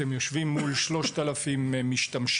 אתם יושבים מול 3,000 משתמשים.